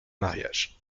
mariage